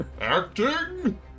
Acting